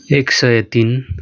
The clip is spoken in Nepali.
एक सय तिन